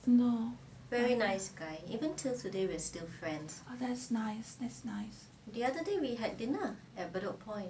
that's nice that's nice